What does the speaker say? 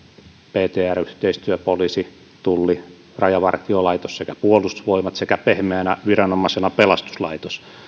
ptr yhteistyö poliisi tulli rajavartiolaitos puolustusvoimat sekä pehmeänä viranomaisena pelastuslaitos